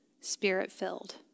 spirit-filled